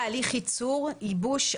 ייבוש,